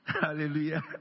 hallelujah